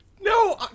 no